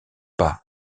pas